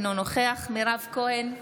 אינו נוכח מירב כהן,